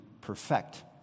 perfect